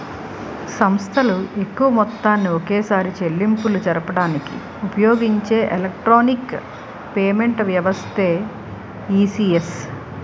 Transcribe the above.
సంస్థలు ఎక్కువ మొత్తాన్ని ఒకేసారి చెల్లింపులు జరపడానికి ఉపయోగించే ఎలక్ట్రానిక్ పేమెంట్ వ్యవస్థే ఈ.సి.ఎస్